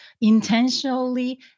intentionally